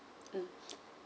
mm